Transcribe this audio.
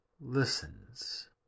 listens